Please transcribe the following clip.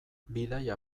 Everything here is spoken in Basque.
bidaia